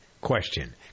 question